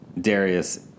Darius